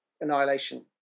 annihilation